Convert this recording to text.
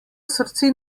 srce